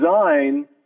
design